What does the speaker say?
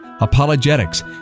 Apologetics